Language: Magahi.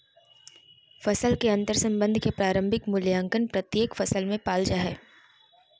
फसल के अंतर्संबंध के प्रारंभिक मूल्यांकन प्रत्येक फसल में पाल जा हइ